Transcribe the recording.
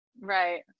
Right